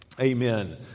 Amen